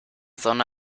sonne